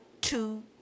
two